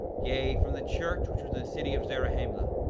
yea, from the church which was in the city of zarahemla,